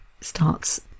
starts